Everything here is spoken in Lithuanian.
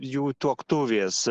jų tuoktuvės